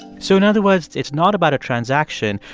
so in other words, it's not about a transaction,